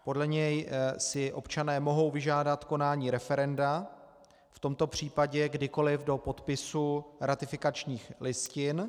Podle něj si občané mohou vyžádat konání referenda v tomto případě kdykoli do podpisu ratifikačních listin.